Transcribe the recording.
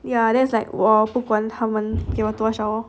yeah that's like 我不管他们给我多少 loh